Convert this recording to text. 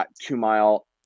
two-mile